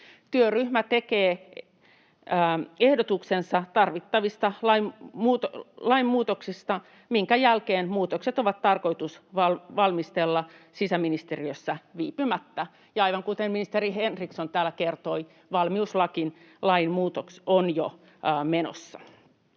Työryhmä tekee ehdotuksensa tarvittavista lainmuutoksista, minkä jälkeen muutokset on tarkoitus valmistella sisäministeriössä viipymättä. Ja aivan kuten ministeri Henriksson täällä kertoi, valmiuslain muutos on jo menossa.